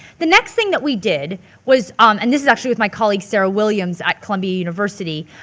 the next thing that we did was, um and this is actually with my colleague, sarah williams at columbia university.